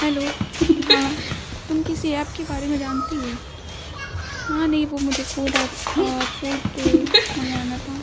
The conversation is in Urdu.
ہیلو ہاں تم کسی ایپ کے بارے میں جانتی ہو ہاں نہیں وہ مجھے فوڈ ایپ فوڈ منگوانا تھا